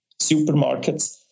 supermarkets